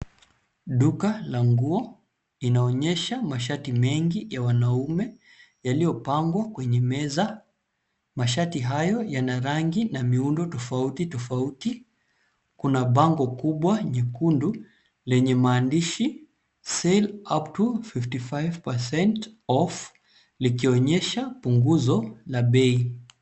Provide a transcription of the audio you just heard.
Duka la nguo inaonyesha mashati mengi ya wanaume yaliyopangwa kwenye meza. Mashati hayo yana rangi na miundo tofauti tofauti. Kuna bango kubwa nyekundu lenye maandishi cs[sale up to fifty-five percent off]cs likionyesha punguzo la bei.